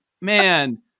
man